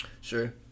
sure